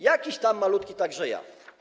Jakiś tam malutki także i ja.